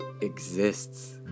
exists